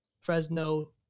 fresno